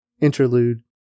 Interlude